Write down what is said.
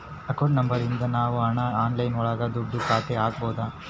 account number ಇದ್ರ ನಾವ್ ಹಣ ಆನ್ಲೈನ್ ಒಳಗ ದುಡ್ಡ ಖಾತೆಗೆ ಹಕ್ಬೋದು